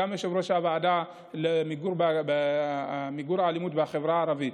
גם יושב-ראש הוועדה למיגור האלימות בחברה הערבית.